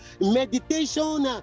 meditation